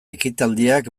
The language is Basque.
ekitaldiak